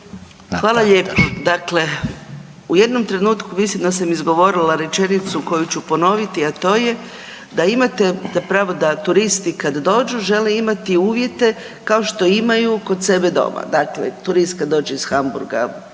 Hvala lijepa. Dakle, u jednom trenutku mislim da sam izgovorila rečenicu koju ću ponoviti, a to je da imate zapravo da turisti kad dođu žele imati uvjete kao što imaju kod sebe doma. Dakle, turist kad dođe iz Hamburga